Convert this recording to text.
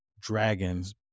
dragons